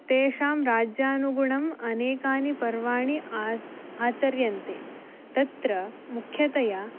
तेषां राज्यानुगुणम् अनेकानि पर्वाणि आच् आचर्यन्ते तत्र मुख्यतया